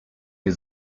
nie